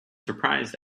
surprised